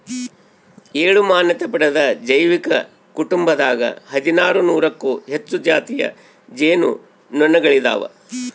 ಏಳು ಮಾನ್ಯತೆ ಪಡೆದ ಜೈವಿಕ ಕುಟುಂಬದಾಗ ಹದಿನಾರು ನೂರಕ್ಕೂ ಹೆಚ್ಚು ಜಾತಿಯ ಜೇನು ನೊಣಗಳಿದಾವ